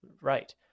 right